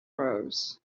rose